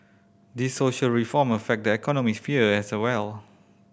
these social reform affect the economic sphere as a well